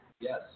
Yes